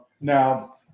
now